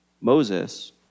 Moses